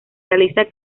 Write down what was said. realiza